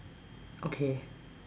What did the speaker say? okay